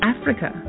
Africa